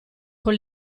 con